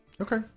Okay